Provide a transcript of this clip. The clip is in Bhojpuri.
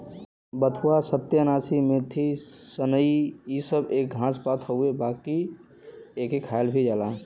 बथुआ, सत्यानाशी, मेथी, सनइ इ सब एक घास पात हउवे बाकि एके खायल भी जाला